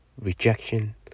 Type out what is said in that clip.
rejection